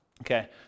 Okay